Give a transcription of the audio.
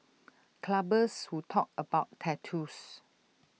clubbers who talk about tattoos